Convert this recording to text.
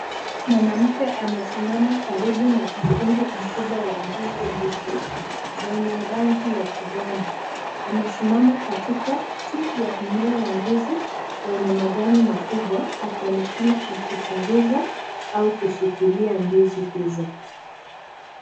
Mwanamke amesimama karibu na mpungu mkubwa wa ndizi mbichi, zenye rangi ya kijani. Amesimama katikati ya mmea wa ndizi wenye majani makubwa akionekana akichunguza au kushikilia ndizi